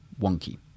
wonky